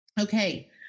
Okay